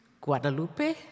Guadalupe